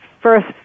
first